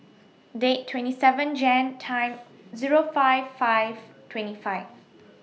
Day twenty seven Jan Time Zero five five twenty five